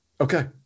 Okay